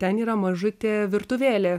ten yra mažutė virtuvėlė